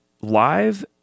live